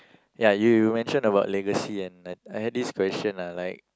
ya you mention about legacy and I had this question lah like